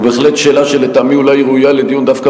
הוא בהחלט שאלה שלטעמי אולי היא ראויה לדיון דווקא